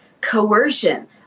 coercion